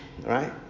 right